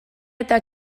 eta